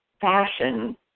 fashion